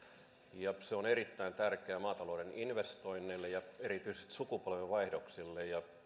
ja se on erittäin tärkeä maatalouden investoinneille ja erityisesti sukupolvenvaihdoksille ja